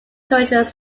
thuringia